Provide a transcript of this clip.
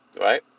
Right